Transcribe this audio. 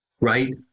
right